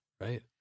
right